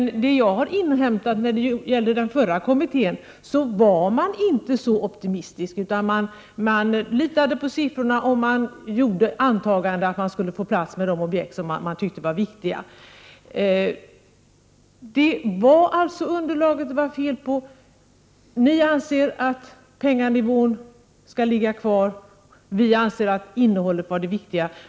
De uppgifter jag har inhämtat när det gäller den förra kommittén visar dock att man inte var så optimistisk utan att man litade på siffrorna och gjorde antaganden om att man skulle få plats med de objekt som man tyckte var viktiga. Det var således underlaget det var fel på. Ni anser att penganivån skall ligga kvar. Vi anser att innehållet är det viktiga.